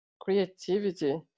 creativity